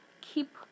keep